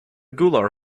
gular